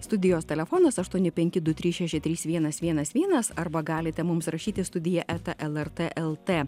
studijos telefonas aštuoni penki du trys šeši trys vienas vienas vienas arba galite mums rašyti studija eta lrt el te